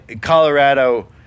Colorado